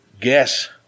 guess